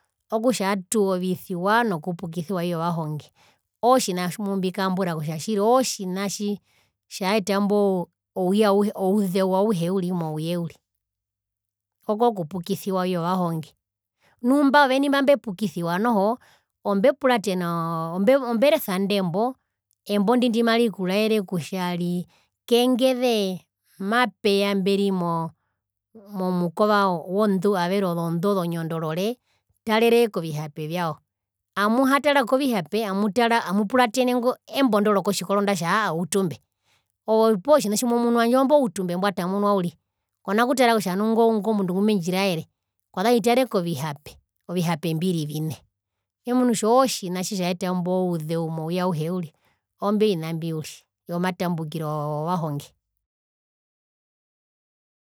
Okutja atuwovisiwa nokupukisiwa iyo vahonge ootjina mumbikambura kutja tjiri ootjina tji tjaeta imbo ouye auhe ouzeu auhe uriri mouye uri okokupukisiwa iyo vahonge nu imba oveni mba mbepukisiwa noho ombepuratenaa omberesa inde mbo embo ndi ndimarikuraere kutja kengezee mapeya mberi momukova wondu averi ozondu ozonyondorore tarere kovihape vyao muhatara kovihape amutara amupuratene kembo ndi rokotjikoro aahaa mutumbe ove opuwo mbimomunu handje oombo utumbe mbwatamunwa uriri kona kutara kutja ingo mundu ngumendjiraere kwaza hitare kovihape ovihape mbiri vine memunu kutja ootjina tjitjaeta imbouzeu mouye auhe uri oombi ovina mbi vyomatambukiro wovahonge.